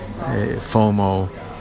FOMO